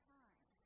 time